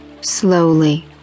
slowly